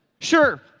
Sure